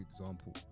example